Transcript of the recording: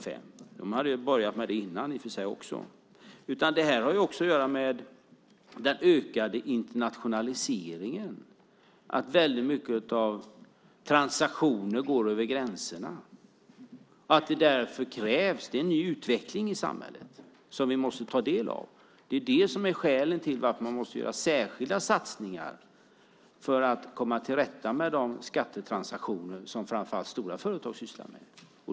Den hade i och för sig börjat med det redan tidigare. Det här har också att göra med den ökade internationaliseringen, att väldigt många transaktioner går över gränserna. Det är en ny utveckling i samhället som vi måste ta del av. Det är det som är skälet till att vi måste göra särskilda satsningar för att komma till rätta med de skattetransaktioner som framför allt stora företag sysslar med.